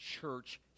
church